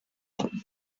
mind